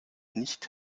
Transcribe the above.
nicht